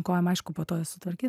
kojom aišku po to sutvarkyt